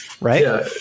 right